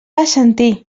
assentir